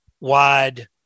wide